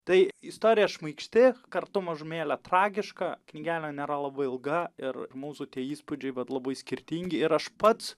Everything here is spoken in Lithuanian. tai istorija šmaikšti kartu mažumėlę tragiška knygelė nėra labai ilga ir mūsų tie įspūdžiai vat labai skirtingi ir aš pats